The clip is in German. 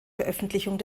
veröffentlichung